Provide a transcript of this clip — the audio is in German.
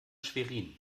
schwerin